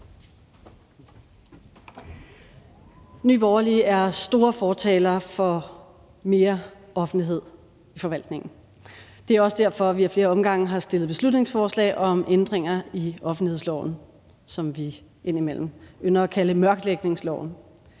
Nye Borgerlige er store fortalere for mere offentlighed i forvaltningen. Det er også derfor, vi ad flere omgange har fremsat beslutningsforslag om ændringer i offentlighedsloven, som vi indimellem ynder at kalde mørklægningsloven.